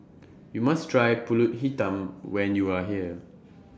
YOU must Try Pulut Hitam when YOU Are here